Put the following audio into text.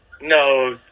No